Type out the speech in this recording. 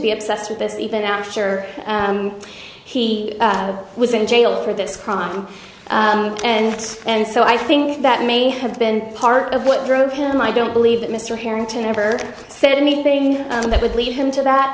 be obsessed with this even after he was in jail for this crime and that's and so i think that may have been part of what drove him i don't believe that mr harrington ever said anything that would lead him to that